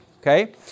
Okay